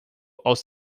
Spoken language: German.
aus